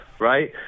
right